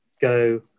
go